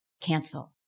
cancel